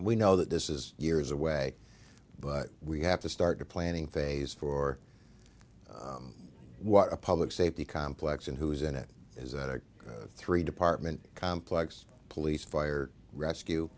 we know that this is years away but we have to start the planning phase for what a public safety complex and who is in it is a three department complex police fire rescue